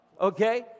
Okay